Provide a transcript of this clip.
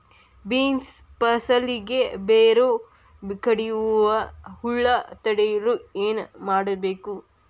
Beans ಫಸಲಿಗೆ ಬೇರು ಕಡಿಯುವ ಹುಳು ತಡೆಯಲು ಏನು ಮಾಡಬೇಕು?